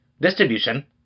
distribution